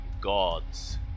Gods